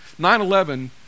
9-11